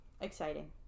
exciting